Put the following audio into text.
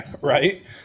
Right